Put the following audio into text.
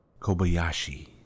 Kobayashi